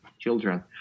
children